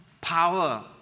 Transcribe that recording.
power